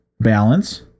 balance